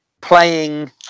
playing